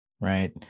Right